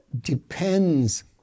depends